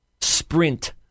sprint